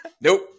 Nope